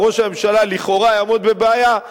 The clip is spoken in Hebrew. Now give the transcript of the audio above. או ראש הממשלה לכאורה יעמוד בבעיה,